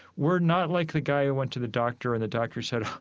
we're not like the guy who went to the doctor and the doctor said,